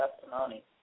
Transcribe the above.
testimony